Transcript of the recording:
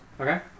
Okay